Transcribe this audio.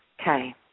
Okay